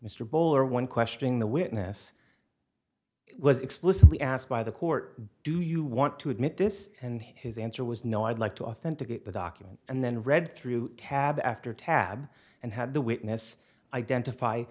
mr bowler when questioning the witness it was explicitly asked by the court do you want to admit this and his answer was no i'd like to authenticate the document and then read through tab after tab and had the witness identify